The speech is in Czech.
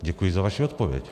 Děkuji za vaši odpověď.